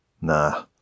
Nah